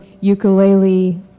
ukulele